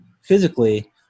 physically